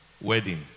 wedding